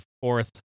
fourth